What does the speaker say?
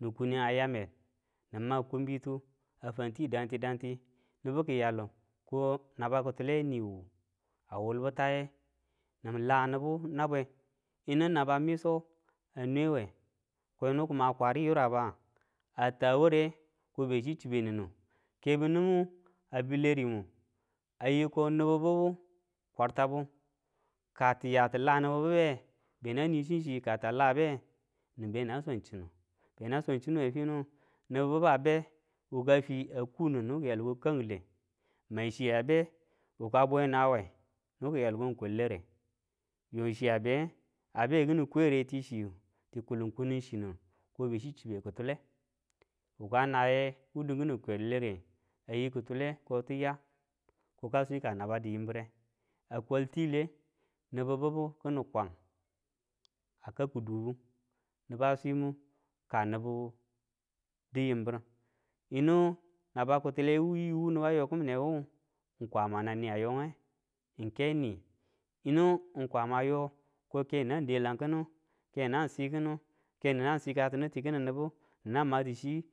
ni kune a yame nima kumbitu fantiyu dangti dangti nibu ki yalu ko naba kitule niwu a wulbu taye, nin la nibu na bwen, yinu naba miso a nwe we ko nibu kima kwariyu yuraba? a ta ware kobe chi chibe ninnu Kebu nimu a billiri mu a yiko nibu kwartabu, ka tiya tila nibu bibe be nang ni chinchi kata labe be nan swan chinu nibu bibu a be wukafi a kunin, nibu ki yalu ko kangle, maichi a be. Wuka bwe nawe nibu ki yalu ko kwallare, yo chiya be a be kini kweretichiyu ti kulin kunin chinu ko be chi chibe kitule. Wuka naye dinkini kwallare ayi kitule ko tiya. Koka swika naba diyimbire, a kwal tile nibu bibu kini Kwang a kau ki dubu niba swimu ka nubu di yimbirim, yini naba ki tule wu yiwu niba yokimewu ng kwamananniya Yonge, ng ke ni, yinu ng kwama yo, ko kenang delakinu, kenang sikinu keninnang sikati nu tikinin nibu, ninna matuchi.